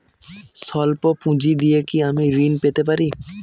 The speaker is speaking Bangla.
সল্প পুঁজি দিয়ে কি আমি ঋণ পেতে পারি?